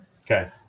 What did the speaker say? okay